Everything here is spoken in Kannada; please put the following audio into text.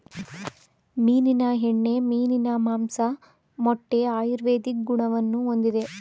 ಮೀನಿನ ಎಣ್ಣೆ, ಮೀನಿನ ಮಾಂಸ, ಮೊಟ್ಟೆ ಆಯುರ್ವೇದಿಕ್ ಗುಣವನ್ನು ಹೊಂದಿದೆ